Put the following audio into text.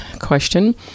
question